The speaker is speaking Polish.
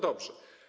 Dobrze.